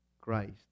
Christ